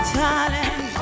talent